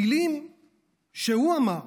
המילים שהוא אמר,